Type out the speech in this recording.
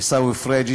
עיסאווי פריג',